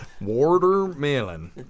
Watermelon